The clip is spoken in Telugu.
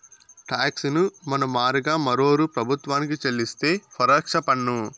టాక్స్ ను మన మారుగా మరోరూ ప్రభుత్వానికి చెల్లిస్తే పరోక్ష పన్ను